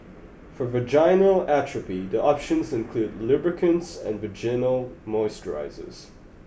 for vaginal atrophy the options include lubricants and vaginal moisturisers